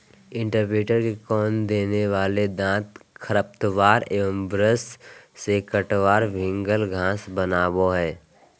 imprinter के कोण वाले दांत खरपतवार और ब्रश से काटकर भिन्गल घास बनावैय हइ